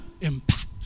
impact